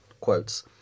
quotes